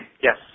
Yes